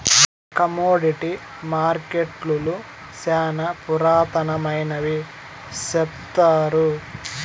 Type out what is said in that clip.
commodity మార్కెట్టులు శ్యానా పురాతనమైనవి సెప్తారు